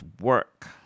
Work